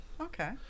okay